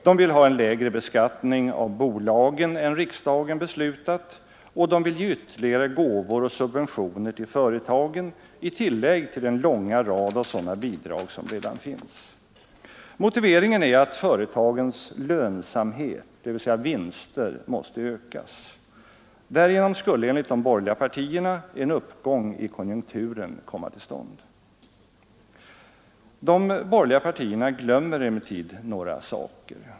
De vill ha en lägre beskattning av bolagen än riksdagen beslutat, och de vill ge ytterligare gåvor och subventioner till företagen i tillägg till den långa rad av sådana bidrag som redan finns. Motiveringen är att företagens ”lönsamhet”, dvs. vinster, måste ökas. Därigenom skulle enligt de borgerliga partierna en uppgång i konjunkturen komma till stånd. De borgerliga partierna glömmer emellertid några saker.